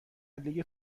لیگ